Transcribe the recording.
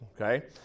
okay